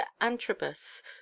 antrobus